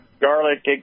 garlic